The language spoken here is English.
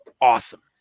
awesome